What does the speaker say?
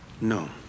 No